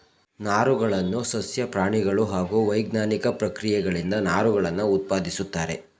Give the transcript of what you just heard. ನಾರುಗಳನ್ನು ಸಸ್ಯ ಪ್ರಾಣಿಗಳು ಹಾಗೂ ವೈಜ್ಞಾನಿಕ ಪ್ರಕ್ರಿಯೆಗಳಿಂದ ನಾರುಗಳನ್ನು ಉತ್ಪಾದಿಸುತ್ತಾರೆ